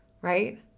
right